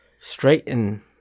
Straighten